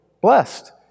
blessed